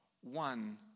one